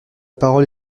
parole